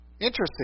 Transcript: Interesting